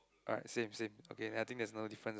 alright same same okay I think there is no difference